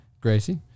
Gracie